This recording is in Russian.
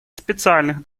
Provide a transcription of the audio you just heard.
специальных